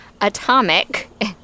atomic